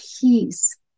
peace